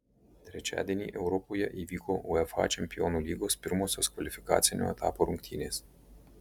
trečiadienį europoje įvyko uefa čempionų lygos pirmosios kvalifikacinio etapo rungtynės